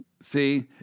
see